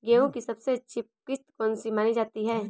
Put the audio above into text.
गेहूँ की सबसे अच्छी किश्त कौन सी मानी जाती है?